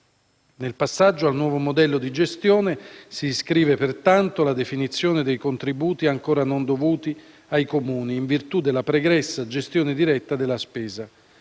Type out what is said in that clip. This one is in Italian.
Nel passaggio al nuovo modello di gestione si iscrive, pertanto, la definizione dei contributi ancora dovuti ai Comuni in virtù della pregressa gestione diretta della spesa.